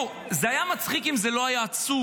זה היה מצחיק אם זה לא היה עצוב.